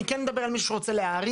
אני כן מדבר על מישהו שרוצה להערים.